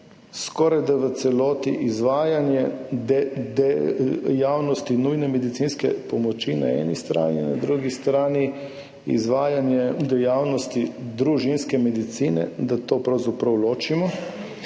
skorajda v celoti izvajanje javnosti nujne medicinske pomoči na eni strani, na drugi strani izvajanje dejavnosti družinske medicine, da to pravzaprav ločimo.